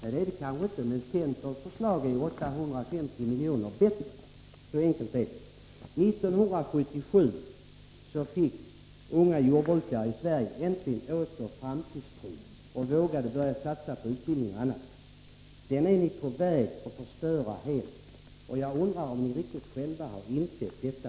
Nej, det är det kanske inte, men centerns förslag är 850 miljoner bättre! Så enkelt är det. 1977 fick unga jordbrukare i Sverige äntligen framtidstron åter och vågade börja satsa på utbildning och annat. Den är ni nu på väg att helt förstöra. Jag undrar om ni själva, i regeringen, riktigt insett detta.